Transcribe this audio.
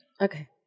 Okay